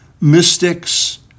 mystics